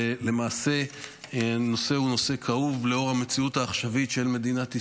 למעשה הנושא הוא נושא כאוב לאור המציאות העכשווית של מדינת ישראל,